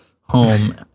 home